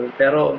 pero